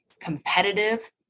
competitive